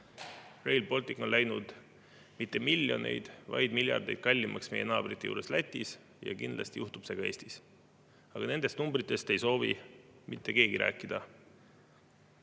Rail Baltic on läinud mitte miljoneid, vaid miljardeid kallimaks meie naabrite juures Lätis ja kindlasti juhtub see ka Eestis. Aga nendest numbritest ei soovi mitte keegi rääkida.